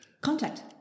Contact